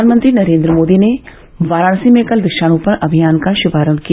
प्रधानमंत्री नरेन्द्र मोदी ने वाराणसी में कल वृक्षारोपण अभियान का शुभारंभ किया